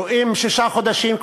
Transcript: רואים שישה חודשים,